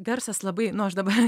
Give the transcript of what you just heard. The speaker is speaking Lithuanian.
garsas labai nu aš dabar